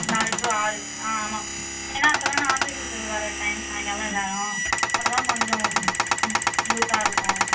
நாலு டூ ஆறு ஆ ஆமாம் ஏன்னா அப்போதான ஆஃபிஸ் விட்டு வர டைம் சாய்ங்காலம் எல்லாரும் அப்போதான் கொஞ்சம் ம் யூஸாக இருக்கும்